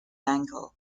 ankle